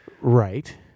Right